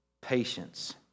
patience